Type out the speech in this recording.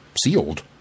sealed